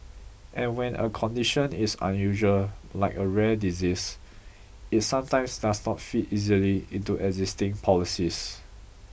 and when a condition is unusual like a rare disease it sometimes does not fit easily into existing policies